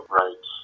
right